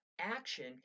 Action